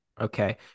Okay